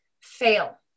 Fail